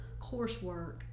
coursework